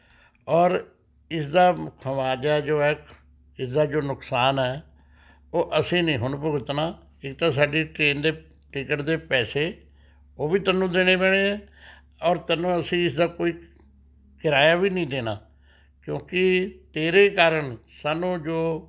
ਔਰ ਇਸ ਦਾ ਖਮਿਆਜ਼ਾ ਜੋ ਹੈ ਇਸ ਦਾ ਜੋ ਨੁਕਸਾਨ ਹੈ ਉਹ ਅਸੀਂ ਨਹੀਂ ਹੁਣ ਭੁਗਤਣਾ ਇੱਕ ਤਾਂ ਸਾਡੀ ਟਰੇਨ ਦੇ ਟਿਕਟ ਦੇ ਪੈਸੇ ਉਹ ਵੀ ਤੈਨੂੰ ਦੇਣੇ ਪੈਣੇ ਆ ਔਰ ਤੈਨੂੰ ਅਸੀਂ ਇਸ ਦਾ ਕੋਈ ਕਿਰਾਇਆ ਵੀ ਨਹੀਂ ਦੇਣਾ ਕਿਉਂਕਿ ਤੇਰੇ ਕਾਰਨ ਸਾਨੂੰ ਜੋ